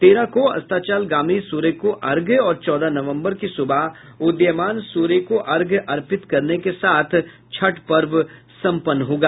तेरह को अस्ताचलगामी सूर्य को अर्घ्य और चौदह नवम्बर की सूबह उदीयमान सूर्य को अर्घ्य अर्पित करने के साथ छठ पर्व सम्पन्न होगा